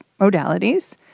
modalities